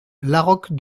laroque